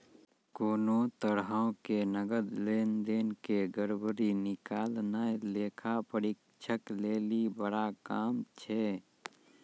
कोनो तरहो के नकद लेन देन के गड़बड़ी निकालनाय लेखा परीक्षक लेली बड़ा काम छै